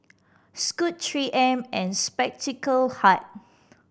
Scoot Three M and Spectacle Hut